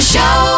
Show